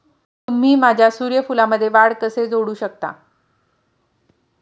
तुम्ही माझ्या सूर्यफूलमध्ये वाढ कसे जोडू शकता?